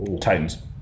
Titans